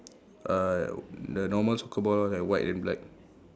uh the normal soccer ball like white and black